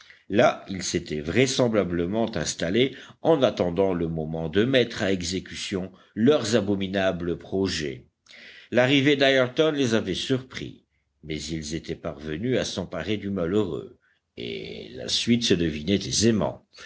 là ils s'étaient vraisemblablement installés en attendant le moment de mettre à exécution leurs abominables projets l'arrivée d'ayrton les avait surpris mais ils étaient parvenus à s'emparer du malheureux et la suite se devinait